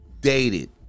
dated